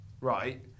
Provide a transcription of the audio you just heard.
right